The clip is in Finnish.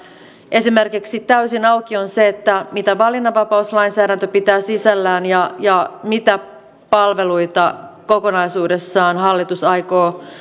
esimerkiksi täysin auki on mitä valinnanvapauslainsäädäntö pitää sisällään ja ja mitä palveluita kokonaisuudessaan hallitus aikoo